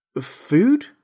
Food